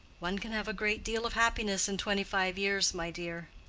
one can have a great deal of happiness in twenty-five years, my dear.